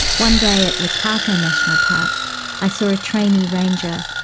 one day at watarkka national park i saw a trainee ranger,